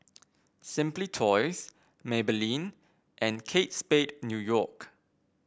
Simply Toys Maybelline and Kate Spade New York